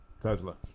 Tesla